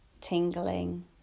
tingling